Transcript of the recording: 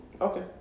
Okay